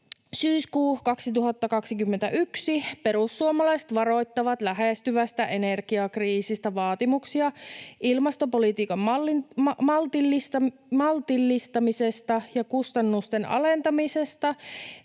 Syyskuu 2021: Perussuomalaiset varoittavat lähestyvästä energiakriisistä. Vaatimuksia ilmastopolitiikan maltillistamisesta ja kustannusten alentamisesta.